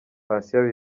patient